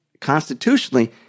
constitutionally